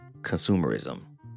Consumerism